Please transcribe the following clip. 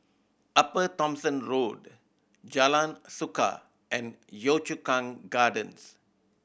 Upper Thomson Road Jalan Suka and Yio Chu Kang Gardens